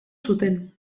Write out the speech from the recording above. zuten